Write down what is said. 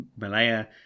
Malaya